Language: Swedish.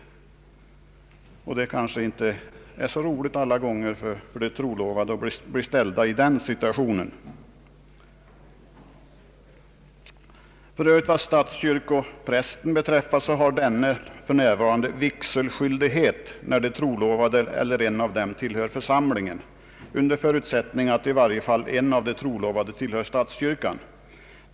Det är ganske inte så roligt för de trolovade att bli ställda i den situationen. Vad statskyrkoprästen beträffar har denne för närvarande vigselskyldighet när de trolovade eller en av dem tillhör församlingen, under förutsättning att i varje fall en av de trolovade tillhör statskyrkan.